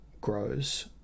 grows